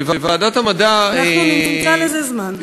וועדת המדע, אנחנו נמצא לזה זמן.